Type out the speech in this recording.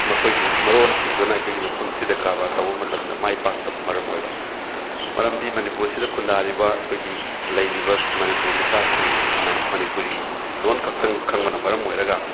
ꯃꯈꯣꯏꯒꯤ ꯃꯔꯣꯟꯁꯤꯡꯗꯨꯅ ꯑꯩꯈꯣꯏꯒꯤ ꯃꯐꯝꯁꯤꯗ ꯀꯔꯕꯥꯔ ꯇꯧꯕ ꯃꯇꯝꯗ ꯃꯥꯏ ꯄꯥꯛꯇꯕ ꯃꯔꯝ ꯑꯣꯏꯕ ꯃꯔꯝꯗꯤ ꯃꯅꯤꯄꯨꯔꯁꯤꯗ ꯈꯨꯟꯗꯥꯔꯤꯕ ꯑꯩꯈꯣꯏꯒꯤ ꯂꯩꯔꯤꯕ ꯃꯅꯤꯄꯨꯔ ꯃꯆꯥꯁꯤꯡꯅ ꯃꯅꯤꯄꯨꯔꯤ ꯂꯣꯟ ꯈꯛꯇꯪ ꯈꯪꯕꯅ ꯃꯔꯝ ꯑꯣꯏꯔꯒ